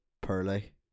pearly